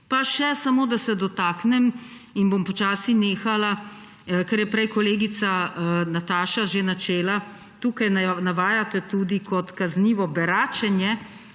Pa še samo, da se dotaknem in bom počasi nehala, kar je prej kolegica Nataša že načela. Tukaj navajate tudi kot kaznivo beračenje